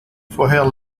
vorher